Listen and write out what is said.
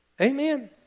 Amen